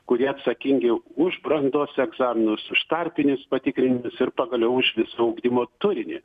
kurie atsakingi už brandos egzaminus už tarpinius patikrinimus ir pagaliau už visą ugdymo turinį